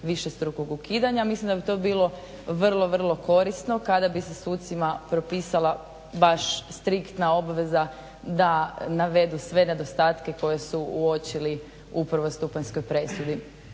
višestrukog ukidanja. Mislim da bi to bilo vrlo, vrlo korisno kada bi se sucima propisala baš striktna obveza da navedu sve nedostatke koje su uočili u prvostupanjskoj presudi.